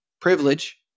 privilege